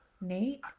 Nate